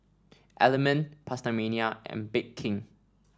Element PastaMania and Bake King